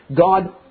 God